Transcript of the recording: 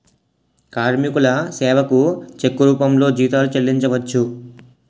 కార్మికుల సేవకు చెక్కు రూపంలో జీతాలు చెల్లించవచ్చు